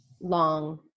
long